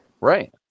Right